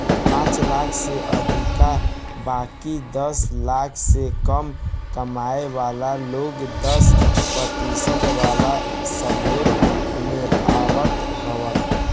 पांच लाख से अधिका बाकी दस लाख से कम कमाए वाला लोग दस प्रतिशत वाला स्लेब में आवत हवन